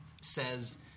says